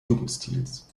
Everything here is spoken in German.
jugendstils